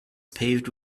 paved